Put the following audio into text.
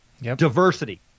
Diversity